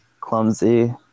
clumsy